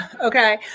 Okay